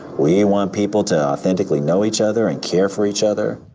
we want people to authentically know each other and care for each other.